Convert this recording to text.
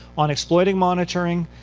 on exploiting monitoring,